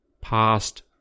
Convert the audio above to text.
past